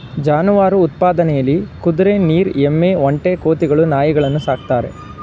ಜಾನುವಾರು ಉತ್ಪಾದನೆಲಿ ಕುದ್ರೆ ನೀರ್ ಎಮ್ಮೆ ಒಂಟೆ ಕೋತಿಗಳು ನಾಯಿಗಳನ್ನು ಸಾಕ್ತಾರೆ